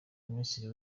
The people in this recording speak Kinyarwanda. minisitiri